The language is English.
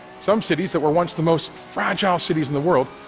some cities that were once the most fragile cities in the world,